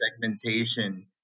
segmentation